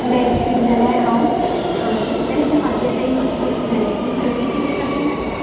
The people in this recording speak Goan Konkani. बेडशीट जाल्यार हांव कितलेशेच फावटी आतां यूज करून जालें पूण तरीय बी तें तशेच आसा